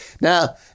Now